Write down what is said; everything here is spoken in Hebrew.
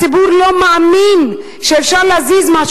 הציבור לא מאמין שאפשר להזיז משהו.